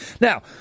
Now